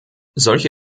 solche